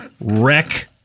wreck